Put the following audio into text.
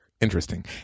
interesting